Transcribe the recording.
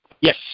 Yes